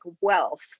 wealth